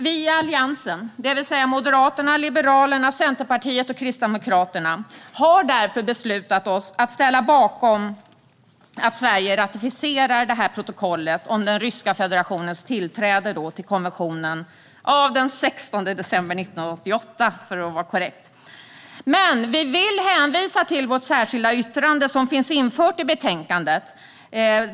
Vi i Alliansen, det vill säga Moderaterna, Liberalerna, Centerpartiet och Kristdemokraterna, har därför beslutat att ställa oss bakom att Sverige ratificerar protokollet om Ryska federationens tillträde till konventionen av den 16 december 1988. Men vi vill hänvisa till vårt särskilda yttrande som finns infört i betänkandet.